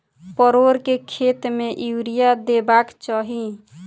परोर केँ खेत मे यूरिया देबाक चही?